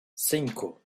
cinco